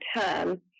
term